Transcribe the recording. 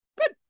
Good